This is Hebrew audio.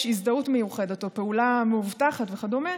הזדהות מיוחדת או פעולה מאובטחת וכדומה,